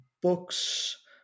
books